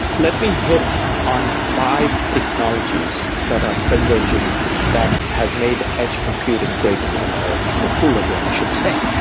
let me hit on five technologies that are converging that has made edge computing great again or you know cool again i should say.